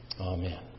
Amen